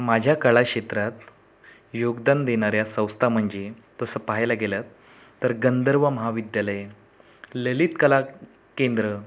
माझ्या कला क्षेत्रात योगदान देणाऱ्या संस्था म्हणजे तसं पाहायला गेलं तर गंधर्व महाविद्यालय ललित कला केंद्र